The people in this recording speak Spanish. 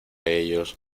ellos